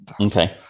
okay